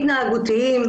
התנהגותיים.